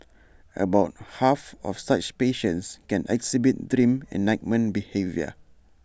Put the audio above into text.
about half of such patients can exhibit dream enactment behaviour